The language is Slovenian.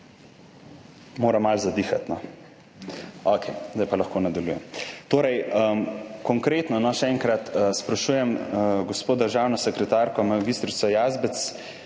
Moram malo zadihati. Okej, zdaj pa lahko nadaljujem. Konkretno še enkrat sprašujem gospo državno sekretarko mag. Jazbec